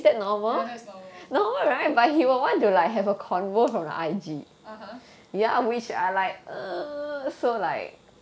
ya that's normal (uh huh)